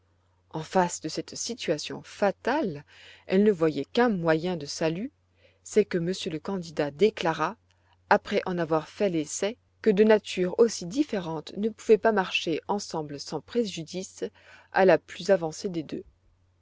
en face de cette situation fatale elle ne voyait qu'un moyen de salut c'est que monsieur le candidat déclarât après en avoir fait l'essai que deux natures aussi différentes ne pouvaient pas marcher ensemble sans préjudice à la plus avancée des deux